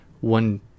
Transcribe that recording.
one